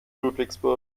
ludwigsburg